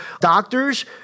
doctors